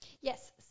Yes